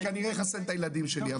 וכנראה אחסן את הילדים שלי,